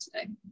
today